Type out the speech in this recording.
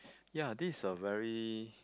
ya this a very